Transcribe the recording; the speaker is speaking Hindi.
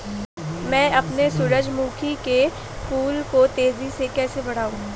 मैं अपने सूरजमुखी के फूल को तेजी से कैसे बढाऊं?